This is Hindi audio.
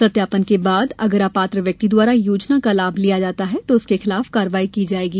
सत्यापन बाद अगर अपात्र व्यक्ति द्वारा योजना का लाभ लिया जाता है तो उसके खिलाफ कार्रवाई की जाएगी